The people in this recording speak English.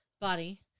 body